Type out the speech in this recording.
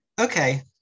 Okay